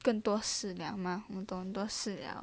更多事了吗我们懂很多事了